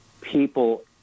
people